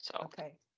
Okay